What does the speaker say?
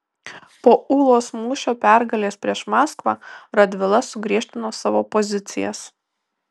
po ūlos mūšio pergalės prieš maskvą radvila sugriežtino savo pozicijas